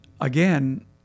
again